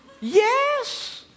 Yes